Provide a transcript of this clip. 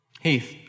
Heath